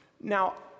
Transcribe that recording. Now